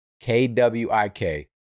K-W-I-K